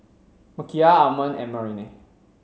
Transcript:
Michial Almond and Marianne